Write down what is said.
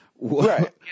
Right